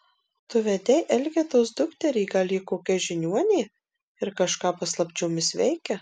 tu vedei elgetos dukterį gal ji kokia žiniuonė ir kažką paslapčiomis veikia